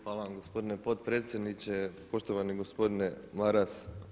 Hvala vam gospodine potpredsjedniče, poštovani gospodine Maras.